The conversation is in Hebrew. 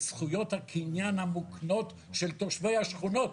זכויות הקניין המוקנות של תושבי השכונות.